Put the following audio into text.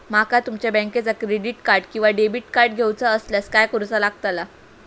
माका तुमच्या बँकेचा क्रेडिट कार्ड किंवा डेबिट कार्ड घेऊचा असल्यास काय करूचा लागताला?